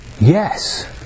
yes